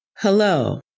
Hello